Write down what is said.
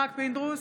יצחק פינדרוס,